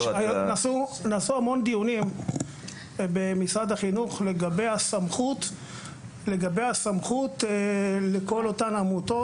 נעשו המון דיונים במשרד החינוך לגבי הסמכות לכל אותן עמותות,